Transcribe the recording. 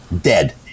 dead